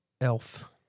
Elf